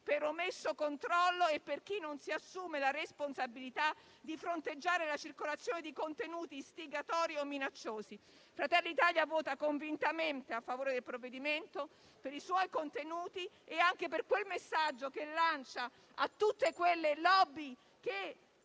per omesso controllo e per chi non si assume la responsabilità di fronteggiare la circolazione di contenuti istigatori o minacciosi. Fratelli d'Italia vota convintamente a favore del provvedimento per i suoi contenuti e anche per quel messaggio che lancia a tutte quelle *lobby* che